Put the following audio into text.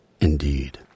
Indeed